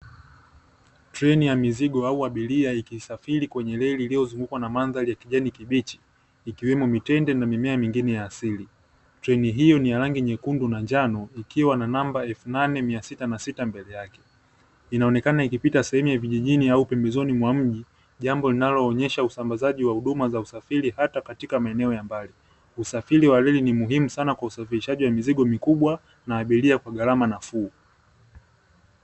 Treni ya mizigo au abiria ikisafiri kwenye reli iliyozungukwa na mandhari ya kijani kibichi, ikiwemo mitende na mimea mingine ya asili. Treni hiyo ni ya rangi nyekundu na njano ikiwa na namba elfu nane mia sita na sita mbele yake. Inaonekana ikipita sehemu ya vijijini au pembezoni mwa mji, jambo linaloonyesha usambazaji wa huduma za usafiri hata katika maeneo ya mbali. Usafiri wa reli ni muhimu sana kwa usafirishaji wa mizigo mikubwa na abiria kwa gharama nafuu.